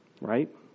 Right